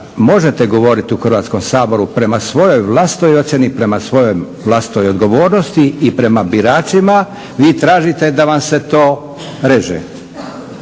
možete govoriti u Hrvatskom saboru prema svojoj vlastitoj ocjeni, prema svojoj vlastitoj odgovornosti i prema biračima, vi tražite da vam se to reže.